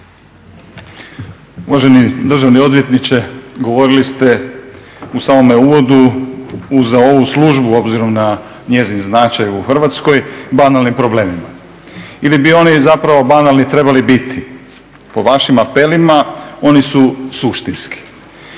Uvaženi državni odvjetniče govorili ste u samome uvodu uz ovu službu obzirom na njezin značaj u Hrvatskoj banalnim problemima ili bi oni zapravo banalni trebali biti. Po vašim apelima oni su suštinski.